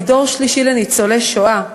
אני דור שלישי לניצולי השואה,